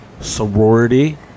sorority